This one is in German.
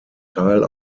teil